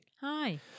Hi